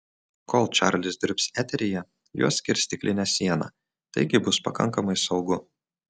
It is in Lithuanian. kol čarlis dirbs eteryje juos skirs stiklinė siena taigi bus pakankamai saugu